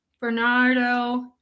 Bernardo